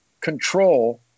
control